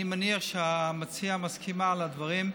אני מניח שהמציעה מסכימה לדברים,